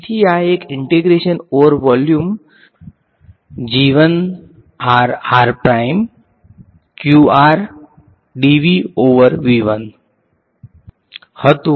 તેથી આ એક હતુ જે વોલ્યુમ ઈંટેગ્રેશન હતું